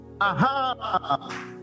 aha